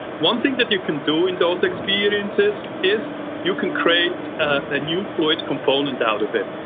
one thing that you can do in those experiences is you can create a new fluid component out of it.